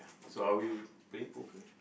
so are we we playing poker